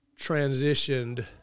transitioned